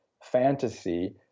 fantasy